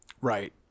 Right